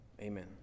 Amen